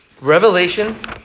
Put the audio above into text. Revelation